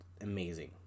amazing